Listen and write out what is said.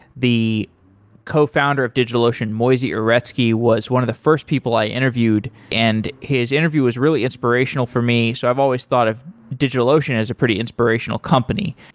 the cofounder of digitalocean, moisey uretsky, was one of the first people i interviewed, and his interview was really inspirational for me. so i've always thought of digitalocean as a pretty inspirational company.